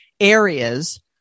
areas